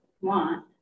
want